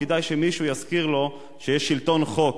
כדאי שמישהו יזכיר לו שיש שלטון חוק,